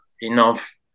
enough